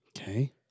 Okay